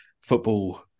football